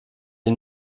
ihm